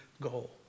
goal